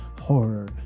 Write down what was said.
horror